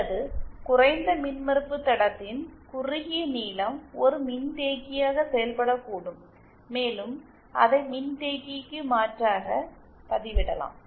அல்லது குறைந்த மின்மறுப்பு தடத்தின் குறுகிய நீளம் ஒரு மின்தேக்கியாக செயல்படக்கூடும் மேலும் அதை மின்தேக்கிக்கு மாற்றாக பதிலிடலாம்